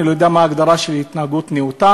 אני לא יודע מה ההגדרה של "התנהגות נאותה",